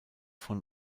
von